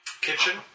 kitchen